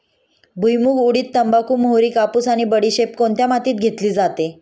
भुईमूग, उडीद, तंबाखू, मोहरी, कापूस आणि बडीशेप कोणत्या मातीत घेतली जाते?